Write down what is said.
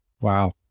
Wow